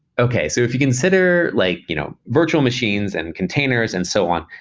okay. so if you consider like you know virtual machines and containers and so on,